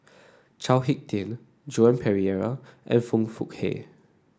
Chao HicK Tin Joan Pereira and Foong Fook Kay